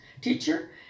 teacher